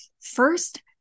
first